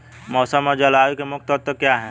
मौसम और जलवायु के मुख्य तत्व क्या हैं?